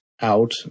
out